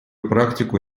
практику